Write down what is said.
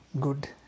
good